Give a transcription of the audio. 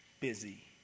busy